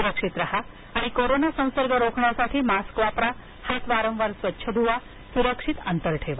सुरक्षित राहा आणि कोरोना संसर्ग रोखण्यासाठी मास्क वापरा हात वारंवार स्वच्छ धुवा सुरक्षित अंतर ठेवा